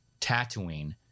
Tatooine